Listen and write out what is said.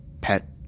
pet